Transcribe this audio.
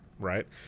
right